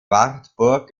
wartburg